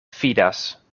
fidas